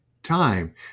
Time